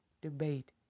debate